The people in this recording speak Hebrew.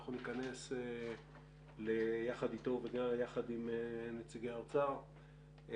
אנחנו ניכנס יחד איתו ויחד עם נציגי האוצר לעומק